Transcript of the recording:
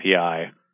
API